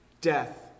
death